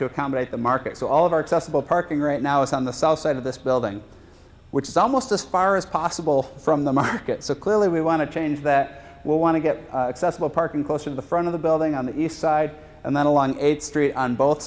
to accommodate the market so all of our testable parking right now is on the south side of this building which is almost as far as possible from the market so clearly we want to change that will want to get parking closer to the front of the building on the east side and then along eighth street on both